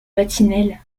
vatinelle